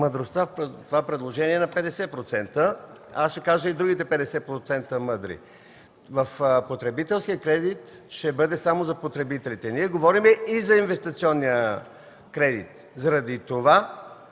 Мъдростта на това предложение е 50%. Ще кажа и другите мъдри 50%. В потребителския кредит ще бъде само за потребителите. Ние говорим и за инвестиционния кредит. Заради това